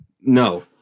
No